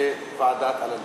בוועדת אלאלוף?